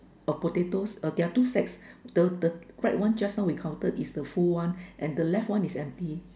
of potatoes uh there are two sacks the the the right one just now we counted it the full one and the left one is empty